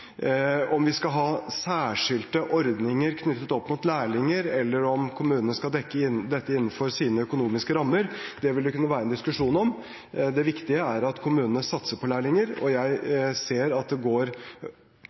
Om vi skal ha særskilte ordninger knyttet til lærlinger, eller om kommunene skal dekke dette innenfor sine økonomiske rammer, vil det kunne være en diskusjon om. Det viktige er at kommunene satser på lærlinger, og jeg ser at det går